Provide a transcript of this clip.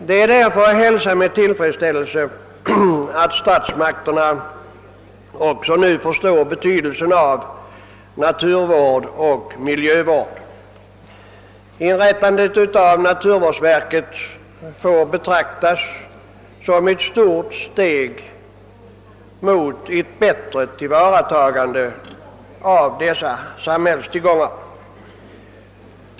Det är av denna anledning att hälsa med tillfredsställelse att statsmakterna nu också förstår betydelsen av naturvård och miljövård. Inrättandet av naturvårdsverket får betraktas som ett stort steg mot ett bättre tillvaratagande av de samhällstillgångar vi nu diskuterar.